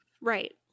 Right